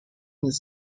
was